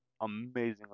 amazingly